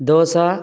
dosa